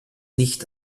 nicht